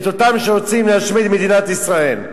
את אותם שרוצים להשמיד את מדינת ישראל.